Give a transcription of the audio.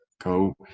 go